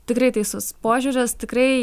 tikrai teisus požiūris tikrai